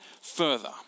further